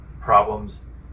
problems